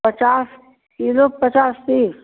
पचास कीलो पचास पीस